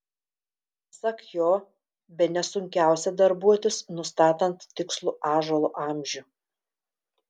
pasak jo bene sunkiausia darbuotis nustatant tikslų ąžuolo amžių